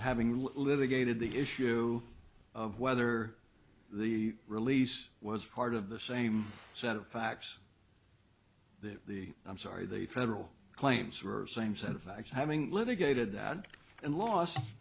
having lived a gated the issue of whether the release was part of the same set of facts that the i'm sorry the federal claims were same set of facts having litigated that and los